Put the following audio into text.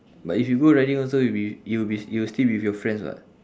but if you go riding also you'll be you'll be you'll still be with your friends [what]